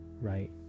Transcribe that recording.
right